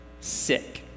sick